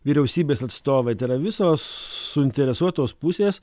vyriausybės atstovai tai yra visos suinteresuotos pusės